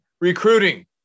recruiting